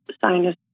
sinus